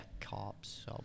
Cops